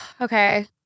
okay